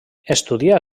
estudià